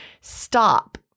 stop